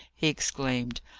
he exclaimed.